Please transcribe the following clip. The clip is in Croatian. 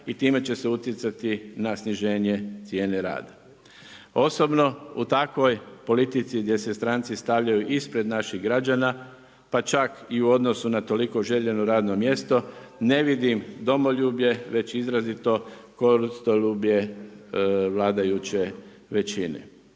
i time će se utjecati na sniženje cijene rada. Osobno u takvoj politici gdje se stranci stavljaju ispred naših građana pa čak i u odnosu na toliko željeno radno mjesto, ne vidim domoljublje, već izrazito koristoljublje vladajuće većine.